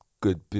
good